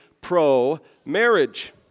pro-marriage